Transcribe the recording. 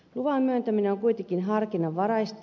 luvan myöntäminen on kuitenkin harkinnanvaraista